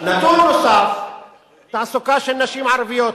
נסים זאב.